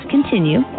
Continue